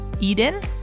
Eden